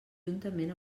juntament